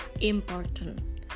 important